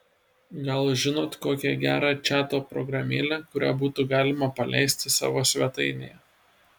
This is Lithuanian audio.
gal žinot kokią gerą čato programėlę kurią būtų galima paleisti savo svetainėje